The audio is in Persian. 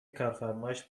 کارفرمایش